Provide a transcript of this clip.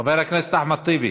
חבר הכנסת אחמד טיבי,